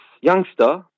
youngster